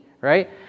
right